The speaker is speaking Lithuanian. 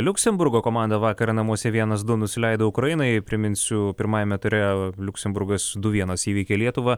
liuksemburgo komanda vakar namuose vienas du nusileido ukrainai priminsiu pirmajame ture liuksemburgas du vienas įveikė lietuvą